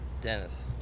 Dennis